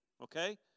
Okay